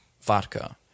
vodka